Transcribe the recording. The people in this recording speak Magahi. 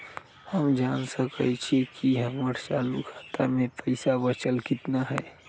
हम जान सकई छी कि हमर चालू खाता में पइसा बचल कितना हई